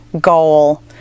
goal